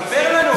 ספר לנו.